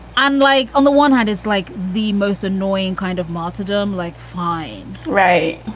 i'm like, on the one hand is like the most annoying kind of martyrdom. like, fine. right.